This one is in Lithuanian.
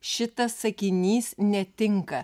šitas sakinys netinka